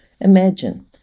Imagine